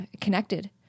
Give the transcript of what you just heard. connected